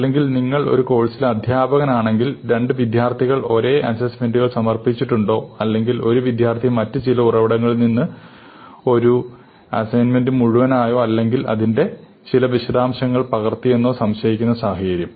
അല്ലെങ്കിൽ നിങ്ങൾ ഒരു കോഴ്സിലെ അധ്യാപകനാണെങ്കിൽ രണ്ട് വിദ്യാർത്ഥികൾ ഒരേ അസൈൻമെന്റുകൾ സമർപ്പിച്ചിട്ടുണ്ടോ അല്ലെങ്കിൽ ഒരു വിദ്യാർത്ഥി മറ്റു ചില ഉറവിടങ്ങളിൽ നിന്ന് ഒരു അസൈൻമെന്റ് മുഴുവനായോ അല്ലെങ്കിൽ അതിന്റെ ചില വിശദാംശങ്ങൾ പകർത്തിയെന്നോ സംശയിക്കുന്ന സാഹചര്യം